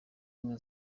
ubumwe